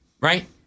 right